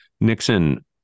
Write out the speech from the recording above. Nixon